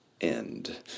end